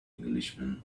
englishman